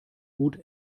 gut